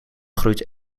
groeit